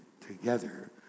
together